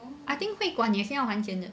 I think 会馆也是要还钱的